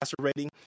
rating